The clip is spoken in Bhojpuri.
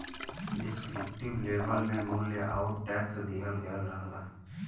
डिस्क्रिप्टिव लेबल में मूल्य आउर टैक्स दिहल गयल रहला